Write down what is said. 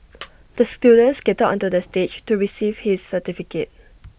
the student skated onto the stage to receive his certificate